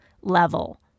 level